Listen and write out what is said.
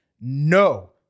no